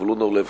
זבולון אורלב,